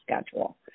schedule